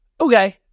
Okay